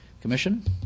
commission